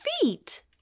feet